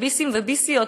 של ביסים וביסיות,